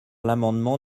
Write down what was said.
l’amendement